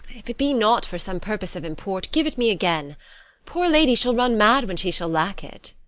if it be not for some purpose of import, give't me again poor lady, she'll run mad when she shall lack it.